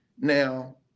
now